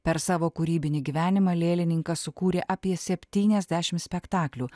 per savo kūrybinį gyvenimą lėlininkas sukūrė apie septyniasdešimt spektaklių